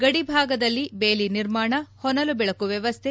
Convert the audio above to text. ಗಡಿಭಾಗದಲ್ಲಿ ಬೇಲಿ ನಿರ್ಮಾಣ ಹೊನಲು ಬೆಳಕು ವ್ಯವಸ್ಥೆ